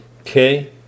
Okay